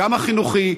גם החינוכי,